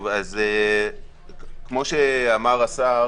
אז כמו שאמר השר